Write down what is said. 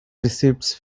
receipts